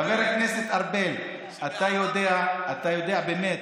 חבר הכנסת ארבל, אתה יודע, באמת,